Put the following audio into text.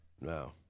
No